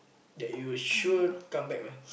that you sure come back one